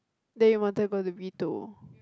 they wanted go to B two